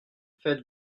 faites